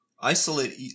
isolate